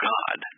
God